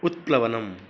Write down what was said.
उत्प्लवनम्